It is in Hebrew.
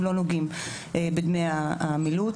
אנחנו לא נוגעים בדמי המילוט,